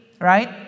right